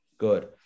Good